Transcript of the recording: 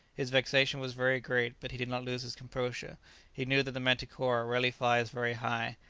his vexation was very great, but he did not lose his composure he knew that the manticora rarely flies very high,